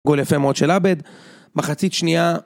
גול יפה מאוד של עבד, מחצית שנייה